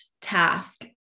task